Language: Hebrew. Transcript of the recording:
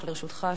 לרשותך שלוש דקות.